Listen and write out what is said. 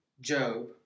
Job